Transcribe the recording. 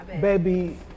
Baby